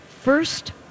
first